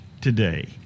today